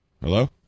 Hello